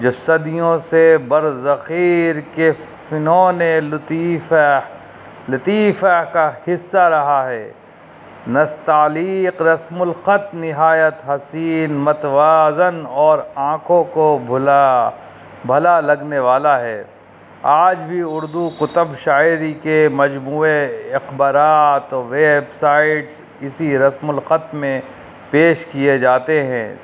جو صدیوں سے برزخیر کے فنونِ لطیفہ لطیفہ کا حصہ رہا ہے نستعلیق رسم الخط نہایت حسین متوازن اور آنکھوں کو بھلانے بھلا لگنے والا ہے آج بھی اردو قطب شاعری کے مجموعے اخبارات ویب سائٹس اسی رسم الخط میں پیش کیے جاتے ہیں